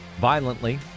violently